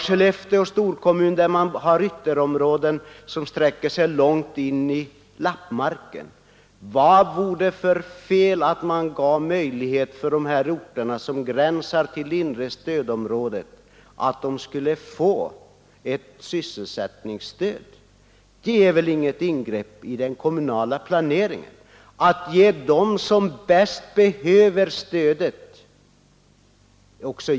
Skellefteå storkommun är ytterligare ett annat exempel som har ytterområden som sträcker sig långt in i inlandet. Vad vore det för fel att ge de orter som gränsar till inre stödområdet möjligheter att få ett sysselsättningsstöd? Det är väl inget ingrepp i den kommunala planeringen att ge stöd till dem som bäst behöver det!